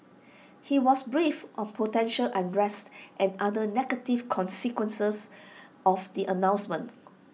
he was briefed on potential unrest and other negative consequences of the announcement